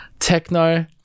techno